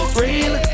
real